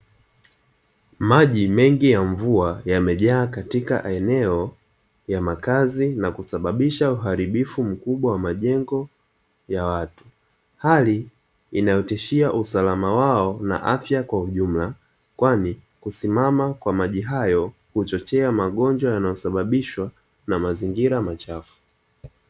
Maji mengi ya mvua yamejaa katika eneo ya makazi na kusababisha uharibifu mkubwa wa majengo ya watu, hali inayotishia usalama wao na afya kwa ujumla kwani kusimama kwa maji hayo huchochea magonjwa yanayosababishwa na mazingira machafu.